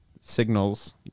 signals